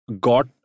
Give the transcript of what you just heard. got